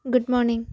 good morning